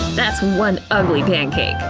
that's one ugly pancake!